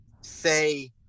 say